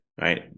right